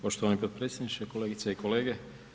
Poštovani potpredsjedniče, kolegice i kolege.